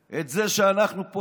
את המורשת שלנו, את זה שאנחנו פה.